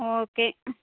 okay